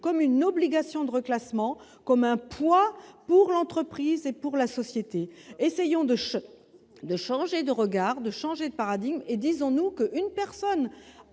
comme une obligation de reclassements comme un poids pour l'entreprise et pour la société, essayons de de changer de regard, de changer de paradigme et disons-nous qu'une personne